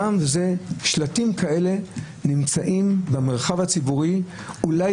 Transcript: שלטים כאלה נמצאים במרחב הציבורי אולי